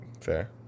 Fair